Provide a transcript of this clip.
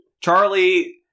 Charlie